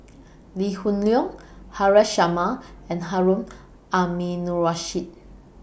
Lee Hoon Leong Haresh Sharma and Harun Aminurrashid